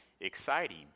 exciting